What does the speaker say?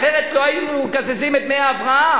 אחרת לא היינו מקזזים את דמי ההבראה.